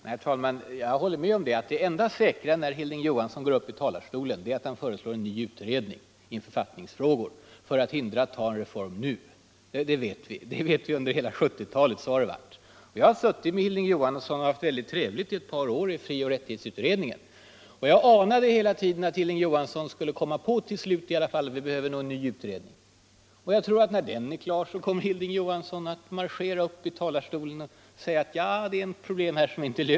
Herr talman! Jag håller med om att det enda säkra när Hilding Johansson går upp i talarstolen är att han föreslår en ny utredning i författningsfrågor för att förhindra att riksdagen tar en reform. Vi vet att det varit så under hela 1970-talet. Jag har i ett par år suttit i frioch rättighetsutredningen med Hilding Johansson och haft väldigt trevligt. Jag anade hela tiden att Hilding Johansson till slut skulle komma på att vi behöver en ny utredning. När den blir klar tror jag att Hilding Johansson kommer att marschera upp i talarstolen och säga: Det är ett problem här som inte är löst.